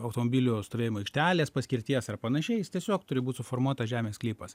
automobilio stovėjimo aikštelės paskirties ar panašiai tiesiog turi būt suformuotas žemės sklypas